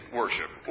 worship